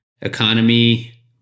economy